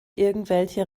irgendwelche